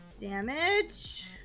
damage